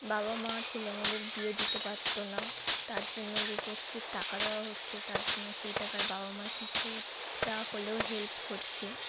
বাবা মা ছেলে মেয়েদের বিয়ে দিতে পারতো না তার জন্য রূপশ্রীর টাকা দেওয়া হচ্ছে তার জন্য সেই টাকায় বাবা মার কিছুটা হলেও হেল্প হচ্ছে